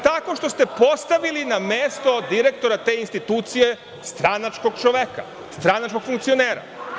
Tako što ste postavili na mesto direktora te institucije stranačkog čoveka, stranačkog funkcionera.